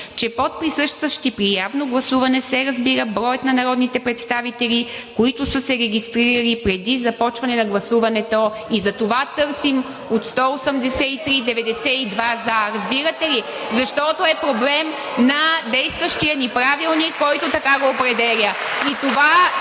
че под „присъстващи“ при явно гласуване се разбира „броят на народните представители, които са се регистрирали преди започване на гласуването“ и затова търсим от 183 – 92 за. Разбирате ли? Защото е проблем на действащия ни Правилник, който така го определя